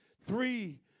three